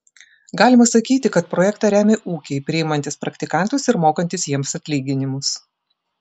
galima sakyti kad projektą remia ūkiai priimantys praktikantus ir mokantys jiems atlyginimus